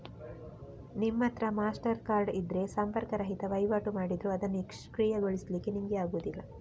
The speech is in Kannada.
ನಿಮ್ಮತ್ರ ಮಾಸ್ಟರ್ ಕಾರ್ಡ್ ಇದ್ರೆ ಸಂಪರ್ಕ ರಹಿತ ವೈವಾಟು ಮಾಡಿದ್ರೂ ಅದನ್ನು ನಿಷ್ಕ್ರಿಯಗೊಳಿಸ್ಲಿಕ್ಕೆ ನಿಮ್ಗೆ ಆಗುದಿಲ್ಲ